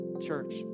church